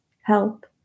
help